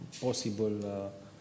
possible